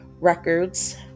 records